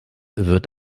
wird